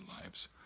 lives